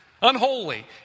unholy